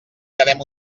quedem